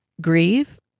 grieve